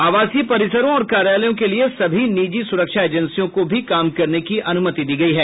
आवासीय परिसरों और कार्यालयों के लिए सभी निजी सुरक्षा एजेंसियों को भी काम करने की अनुमति दी गई है